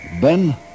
Ben